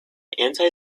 anti